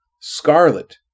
scarlet